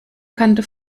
kannte